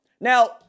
Now